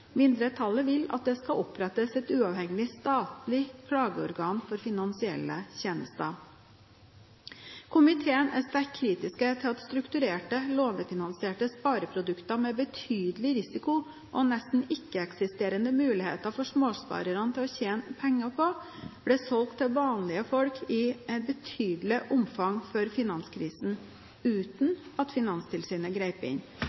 vil at det skal opprettes et uavhengig statlig klageorgan for finansielle tjenester. Komiteen er sterkt kritisk til at strukturerte, lånefinansierte spareprodukter med betydelig risiko og nesten ikke-eksisterende muligheter for småsparerne til å tjene penger, ble solgt til vanlige folk i et betydelig omfang før finanskrisen, uten at Finanstilsynet grep inn.